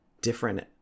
different